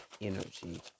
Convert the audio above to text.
energy